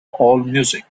allmusic